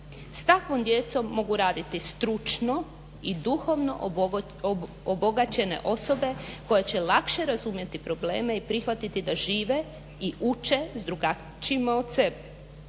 S takvom djecom mogu raditi stručno i duhovno obogaćene osobe koje će lakše razumjeti probleme i prihvatiti da žive i uče s drugačijima od sebe